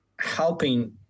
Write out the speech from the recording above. Helping